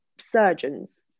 surgeons